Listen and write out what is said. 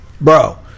Bro